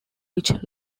which